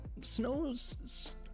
snows